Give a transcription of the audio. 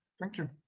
thank you.